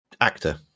actor